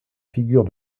figures